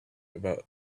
about